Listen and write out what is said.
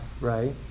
right